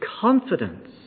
confidence